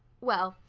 well,